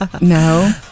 No